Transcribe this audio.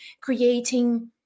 creating